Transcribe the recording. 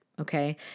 Okay